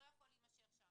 יכול להימשך שם.